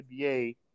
NBA